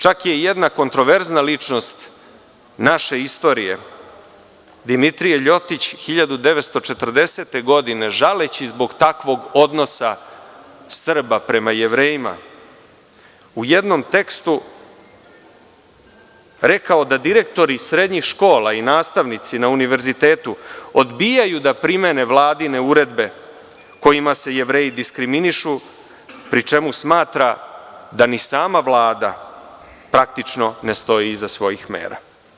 Čak je jedna kontraverzna ličnost naše istorije, Dimitrije Ljotić, 1940. godine, žaleći zbog takvog odnosa Srba prema Jevrejima, u jednom tekstu rekao da direktori srednjih škola i nastavnici na univerzitetu odbijaju da primene Vladine uredbe kojima se Jevreji diskriminišu, pri čemu smatra da ni sama Vlada praktično ne stoji iza svojih mera.